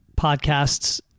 podcasts